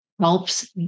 helps